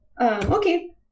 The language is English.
Okay